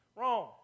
Wrong